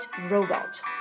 Robot